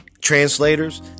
translators